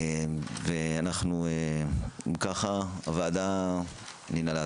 ואנחנו אם כך, הוועדה נעולה.